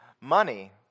Money